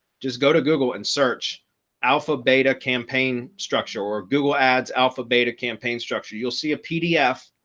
just go to google and search alpha beta campaign structure or google ads alpha beta campaign structure, you'll see a pdf